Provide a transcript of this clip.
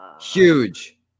huge